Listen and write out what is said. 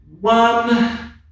one